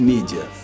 Media